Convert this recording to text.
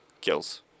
kills